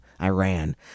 Iran